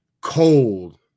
cold